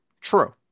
True